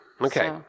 okay